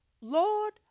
Lord